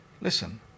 listen